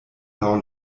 laŭ